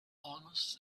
almost